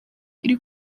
iri